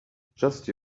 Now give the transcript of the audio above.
just